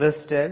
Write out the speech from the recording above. crystal A